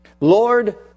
Lord